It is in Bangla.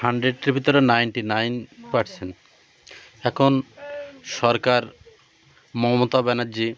হান্ড্রেডের ভিতরে নাইনটি নাইন পারসেন্ট এখন সরকার মমতা ব্যানার্জী